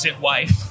wife